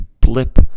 blip